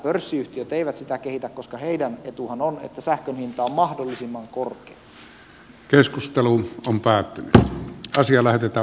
pörssiyhtiöt eivät sitä kehitä koska heidän etunsahan on että sähkön hinta on päättymätön tasia lähetetään